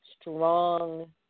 strong –